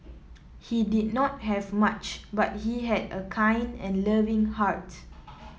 he did not have much but he had a kind and loving heart